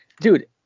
dude